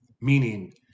Meaning